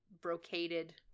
brocaded